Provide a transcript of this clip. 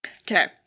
Okay